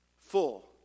Full